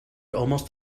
almost